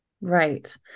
Right